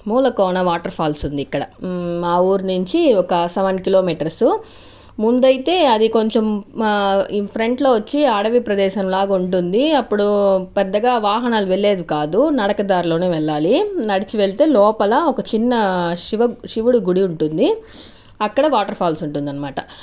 Mulakona water falls ఉంది ఇక్కడ మా ఊరి నుంచి ఒక సెవెన్ కిలోమీటర్స్ ముందు అయితే అది కొంచెం మా ఫ్రెంట్ లో వచ్చి అడవి ప్రదేశంలాగా ఉంటుంది అప్పుడు పెద్దగా వాహనాలు వెళ్ళేవి కాదు నడక దారిలోనే వెళ్ళాలి నడచి వెళ్తే లోపల ఒక చిన్న శివ శివుని గుడి ఉంటుంది అక్కడ వాటర్ ఫాల్స్ ఉంటుందన్నమాట